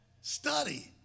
Study